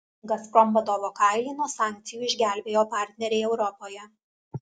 gazprom vadovo kailį nuo sankcijų išgelbėjo partneriai europoje